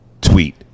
tweet